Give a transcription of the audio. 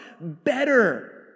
better